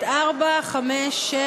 את 4, 5, 6,